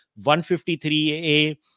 153A